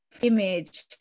image